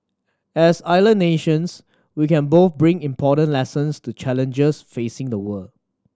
as island nations we can both bring important lessons to challenges facing the world